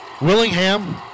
Willingham